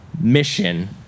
mission